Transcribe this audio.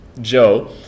joe